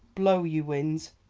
blow, you winds,